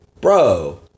Bro